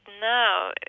now